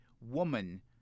woman